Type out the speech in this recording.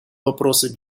вопросы